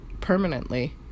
Permanently